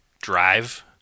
drive